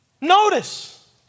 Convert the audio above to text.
Notice